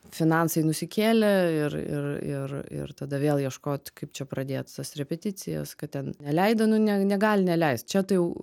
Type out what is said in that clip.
finansai nusikėlė ir ir ir ir tada vėl ieškot kaip čia pradėt tas repeticijas kad ten neleido nu negali neleist čia tai jau